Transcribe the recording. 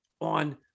on